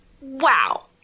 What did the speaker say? wow